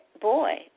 boy